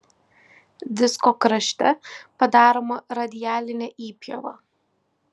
disko krašte padaroma radialinė įpjova